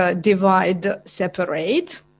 divide-separate